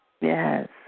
yes